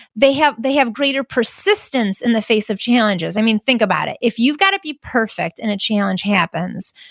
they have they have greater persistence in the face of challenges i mean, think about it. if you've got to be perfect and a challenge happens,